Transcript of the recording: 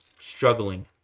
struggling